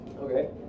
Okay